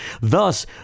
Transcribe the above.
thus